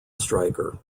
striker